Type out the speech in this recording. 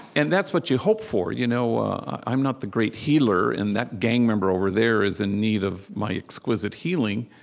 and that's what you hope for you know i'm not the great healer, and that gang member over there is in need of my exquisite healing.